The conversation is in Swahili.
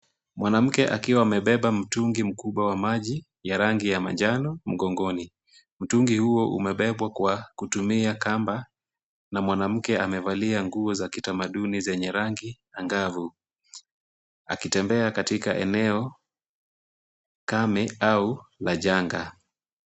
Mwanamke akiwa amebeba mtungi mkubwa wa maji ya rangi ya manjano mgongoni. Mtungi huo umebebwa kwa kutumia kamba na mwanamke amevalia nguo za kitamaduni zenye rangi angavu akitembea katika eneo kame au la janga.